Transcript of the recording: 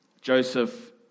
Joseph